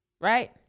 right